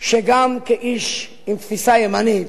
שגם כאיש עם תפיסה ימנית,